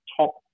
top